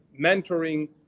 mentoring